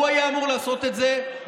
הוא היה אמור לעשות את זה.